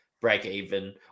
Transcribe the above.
break-even